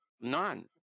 None